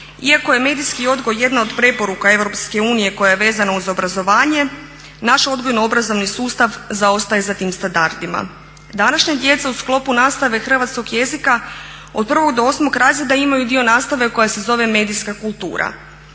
Iako je medijski odgoj jedna od preporuka Europske unije koja je vezana uz obrazovanje naš odgojno obrazovni sustav zaostaje za tim standardima. Današnja djeca u sklopu nastave hrvatskog jezika od 1. do 8. razreda imaju dio nastave koja se zove medijska kultura.